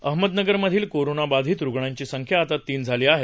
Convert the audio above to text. अहमदनगरमधील corona बाधित रुग्णांची संख्या आता तीन झाली आहे